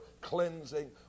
cleansing